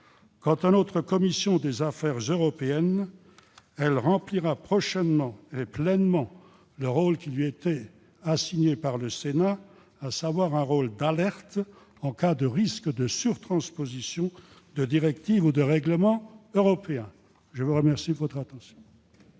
Quant à la commission des affaires européennes, elle remplira prochainement pleinement le rôle qui lui est assigné par le Sénat, un rôle d'alerte en cas de risque de surtranspositions de directives ou de règlements européens. Voici quel sera